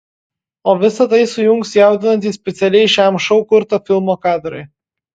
o visa tai sujungs jaudinantys specialiai šiam šou kurto filmo kadrai